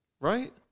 right